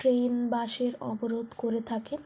train বাসের অবরোধ করে থাকে